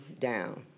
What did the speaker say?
down